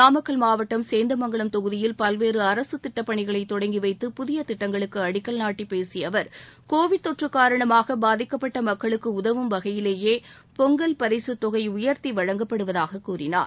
நாமக்கல் மாவட்டம் சேந்தமங்கலம் தொகுதியில் பல்வேறு அரசு திட்டப்பணிகளை தொடங்கிவைத்து புதிய திட்டங்களுக்கு அடிக்கல் நாட்டி பேசிய அவர் கோவிட் தொற்று காரணமாக பாதிக்கப்பட்ட மக்களுக்கு உதவும் வகையிலேயே பொங்கல் பரிசுத்தொகை உயர்த்தி வழங்கப்படுவதாக கூறினார்